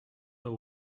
the